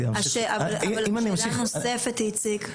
שאלה נוספת איציק.